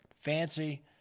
fancy